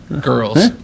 girls